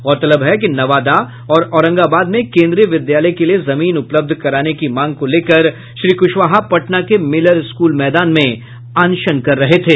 गौरतलब है कि नवादा और औरंगाबाद में केंद्रीय विद्यालय के लिये जमीन उपलब्ध कराने की मांग को लेकर श्री कुशवाहा पटना के मिलर स्कूल मैदान में अनशन कर रहे थे